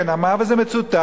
הוא כן אמר וזה מצוטט.